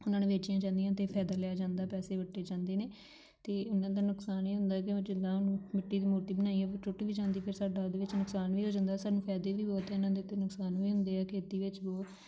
ਉਹਨਾਂ ਨੂੰ ਵੇਚੀਆਂ ਜਾਂਦੀਆਂ ਅਤੇ ਫਾਇਦਾ ਲਿਆ ਜਾਂਦਾ ਪੈਸੇ ਵੱਟੇ ਜਾਂਦੇ ਨੇ ਅਤੇ ਉਹਨਾਂ ਦਾ ਨੁਕਸਾਨ ਇਹ ਹੁੰਦਾ ਕਿ ਉਹ ਜਿੱਦਾਂ ਉਹਨੂੰ ਮਿੱਟੀ ਦੀ ਮੂਰਤੀ ਬਣਾਈ ਉਹ ਵੀ ਟੁੱਟ ਵੀ ਜਾਂਦੀ ਫਿਰ ਸਾਡਾ ਉਹਦੇ ਵਿੱਚ ਨੁਕਸਾਨ ਵੀ ਹੋ ਜਾਂਦਾ ਸਾਨੂੰ ਫਾਇਦੇ ਵੀ ਬਹੁਤ ਇਹਨਾਂ ਦੇ ਅਤੇ ਨੁਕਸਾਨ ਵੀ ਹੁੰਦੇ ਆ ਖੇਤੀ ਵਿੱਚ ਬਹੁਤ